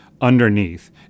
underneath